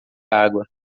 água